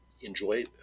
enjoy